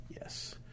Yes